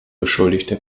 beschuldigte